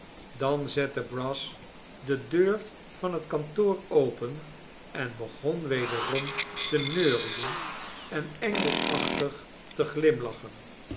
dan zette brass de deur van het kantoor open en begon wederom te neurien en engelachtig te glimlachen